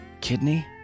kidney